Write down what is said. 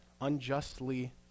unjustly